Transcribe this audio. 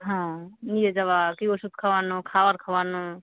হ্যাঁ নিয়ে যাওয়া কি ওষুধ খাওয়ানো খাওয়ার খাওয়ানো